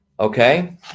okay